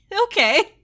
Okay